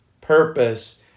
purpose